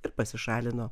ir pasišalino